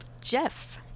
Jeff